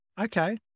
Okay